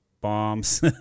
bombs